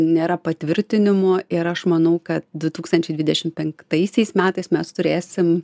nėra patvirtinimų ir aš manau kad du tūkstančiai dvidešimt penktaisiais metais mes turėsim